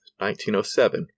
1907